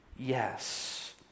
yes